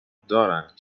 دارن